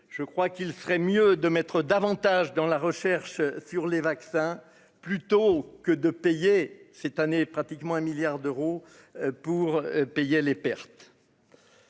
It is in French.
je crois qu'il serait mieux de mettre davantage dans la recherche sur les vaccins, plutôt que de payer cette année pratiquement un milliard d'euros pour payer les pertes.